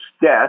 death